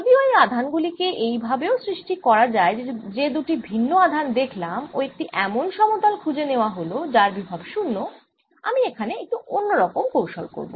যদিও এই আধান গুলি কে এই ভাবেও সৃষ্টি যায় যে দুটি ভিন্ন আধান দেখলাম ও একটি এমন সমতল খুঁজে নেওয়া হল যার বিভব 0 আমি এখানে একটু অন্য রকম কৌশল করব